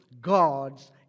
God's